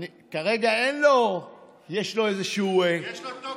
כרגע יש לו איזשהו תוקף,